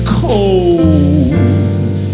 cold